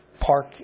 park